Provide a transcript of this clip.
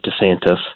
DeSantis